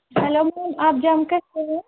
hello ma'am آپ جَمکَش سے ہے